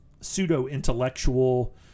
pseudo-intellectual